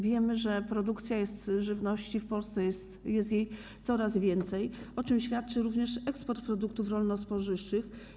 Wiemy, że produkcji żywności w Polsce jest coraz więcej, o czym świadczy również eksport produktów rolno-spożywczych.